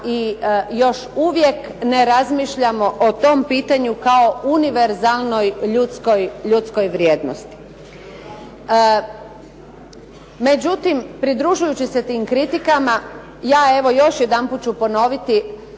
i još uvijek ne razmišljamo o tom pitanju kao univerzalnoj ljudskoj vrijednosti. Međutim, pridružujući se tim kritikama, ja evo još jedanput ću ponoviti,